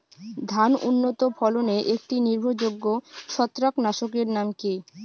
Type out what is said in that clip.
ধান উন্নত ফলনে একটি নির্ভরযোগ্য ছত্রাকনাশক এর নাম কি?